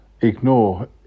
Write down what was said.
ignore